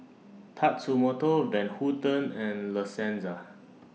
Tatsumoto Van Houten and La Senza